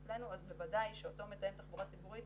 אצלנו אז בוודאי שאותו מתאם תחבורה ציבורית